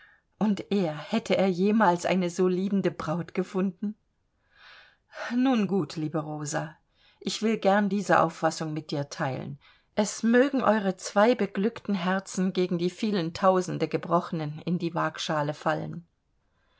und er hätte er jemals eine so liebende braut gefunden nun gut liebe rosa ich will gern diese auffassung mit dir teilen es mögen eure zwei beglückten herzen gegen die vielen tausende gebrochenen in die wagschale fallen